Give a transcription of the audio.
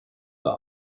war